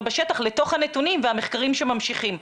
בשטח לתוך הנתונים והמחקרים שממשיכים.